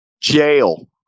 jail